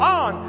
on